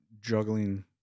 juggling